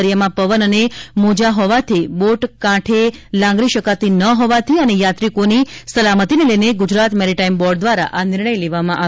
દરિયામાં પવન અને મોજા હોવાથી બોટ કાઠે લાંગરી સકતી ન હોવાથી અને યાત્રિકોની સલામતીને લઇને ગુજરાત મેરીટાઇમ બોર્ડ દ્વારા આ નિર્ણય લેવાયો હતો